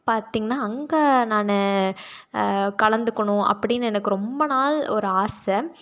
பார்த்தீங்கன்னா அங்கே நான் கலந்துக்கணும் அப்படின்னு எனக்கு ரொம்ப நாள் ஒரு ஆசை